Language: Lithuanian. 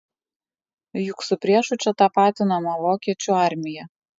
juk su priešu čia tapatinama vokiečių armija